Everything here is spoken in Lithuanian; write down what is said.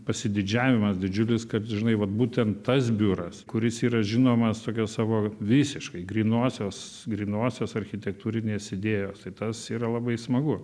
pasididžiavimas didžiulis kad žinai vat būtent tas biuras kuris yra žinomas tokio savo visiškai grynosios grynosios architektūrinės idėjos tai tas yra labai smagu